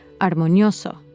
armonioso